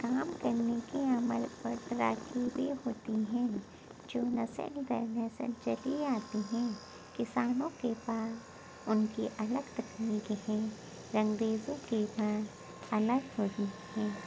کام کرنے کے عمل اور ترکیبیں ہوتی ہیں جو نسل در نسل چلی آتی ہیں کسانوں کے پاس ان کی الگ تکنیکیں ہیں رنگ ریزوں کے پاس الگ ہوتی ہیں